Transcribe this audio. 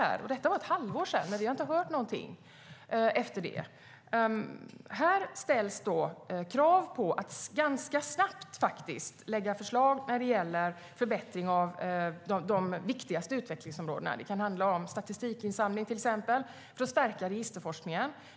Detta var för ett halvår sedan, men vi har inte hört någonting efter det. Här ställs krav på att ganska snabbt lägga fram förslag om förbättring av de viktigaste utvecklingsområdena. Det kan handla om till exempel statistikinsamling för att stärka registerforskningen.